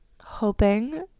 hoping